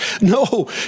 no